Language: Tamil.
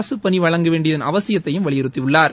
அரசுபணிவழங்கவேண்டியதன் அவசியததைவலியுறுத்தியுள்ளார்